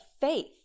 faith